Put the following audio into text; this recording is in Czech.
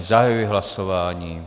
Zahajuji hlasování.